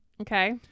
Okay